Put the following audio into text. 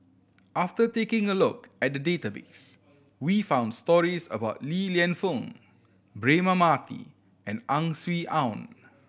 after taking a look at the database we found stories about Li Lienfung Braema Mathi and Ang Swee Aun